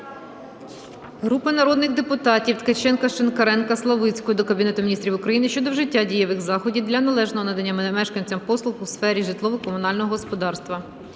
Групи народних депутатів (Ткаченка, Шинкаренка, Славицької) до Кабінету Міністрів України щодо вжиття дієвих заходів для належного надання мешканцям послуг у сфері житлово-комунального господарства.